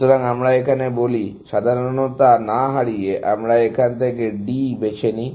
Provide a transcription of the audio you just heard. সুতরাং আমরা এখানে বলি সাধারণতা না হারিয়ে আমরা এখান থেকে D বেছে নিই